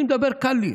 אני מדבר, קל לי.